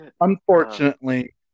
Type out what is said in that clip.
Unfortunately